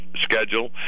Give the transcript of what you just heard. schedule